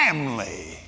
Family